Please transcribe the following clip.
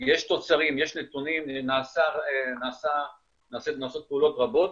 יש תוצרים, יש נתונים, נעשות פעולות רבות.